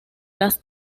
las